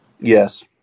Yes